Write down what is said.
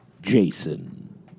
Jason